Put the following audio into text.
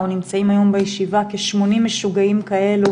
נמצאים היום בישיבה כשמונים משוגעים כאלה,